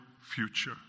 future